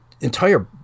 entire